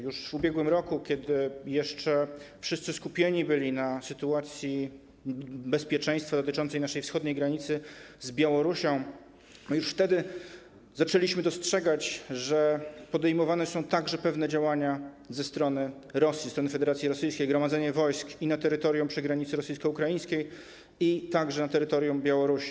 Już w ubiegłym roku, kiedy jeszcze wszyscy skupieni byli na sytuacji bezpieczeństwa dotyczącej naszej wschodniej granicy z Białorusią, my zaczęliśmy dostrzegać, że podejmowane są także pewne działania ze strony Rosji, ze strony Federacji Rosyjskiej: gromadzenie wojsk i na terytorium przy granicy rosyjsko-ukraińskiej, i na terytorium Białorusi.